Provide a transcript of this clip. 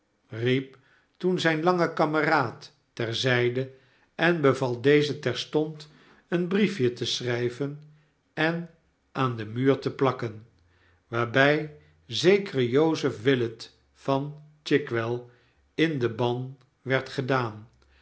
riep toen zijn langen kameraad ter zijde en beval dezen terstond een briefje te schrijven en aan den muur te plakken waarbij zekere joseph willet van chi g well in den ban werd gedaan